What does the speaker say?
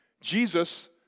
Jesus